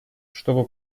чтобы